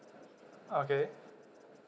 okay